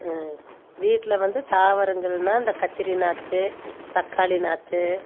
வீட்டில் வந்து தாவரங்கள்னா அந்த கத்திரி நாற்று தக்காளி நாற்று